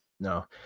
No